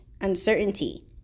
uncertainty